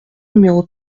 numéro